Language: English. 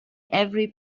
every